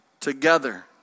together